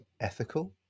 ethical